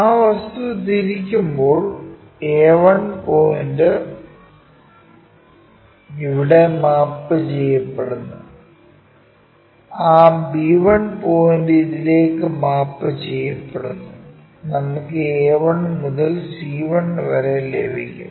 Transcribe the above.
ആ വസ്തു തിരിക്കുമ്പോൾ a1 പോയിന്റ് ഇവിടെ മാപ്പ് ചെയ്യപ്പെടുന്നു ആ b1 പോയിന്റ് ഇതിലേക്ക് മാപ്പ് ചെയ്യപ്പെടുന്നു നമുക്ക് a1 മുതൽ c1 വരെ ലഭിക്കും